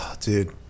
dude